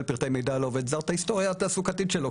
פרטי מידע על עובד זר את ההיסטוריה התעסוקתית שלו,